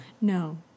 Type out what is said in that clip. No